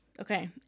Okay